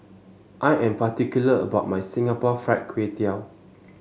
I am particular about my Singapore Fried Kway Tiao